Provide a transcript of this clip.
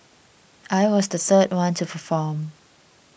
I was the third one to perform